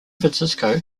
francisco